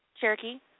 Cherokee